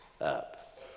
up